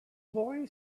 boy